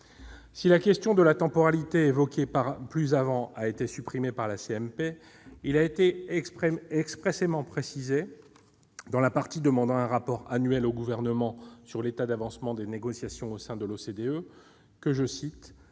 relative à la temporalité évoquée plus avant a été supprimée par la CMP, il a été expressément précisé, dans la partie demandant un rapport annuel au Gouvernement sur l'état d'avancement des négociations au sein de l'OCDE, qu'«